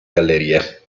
gallerie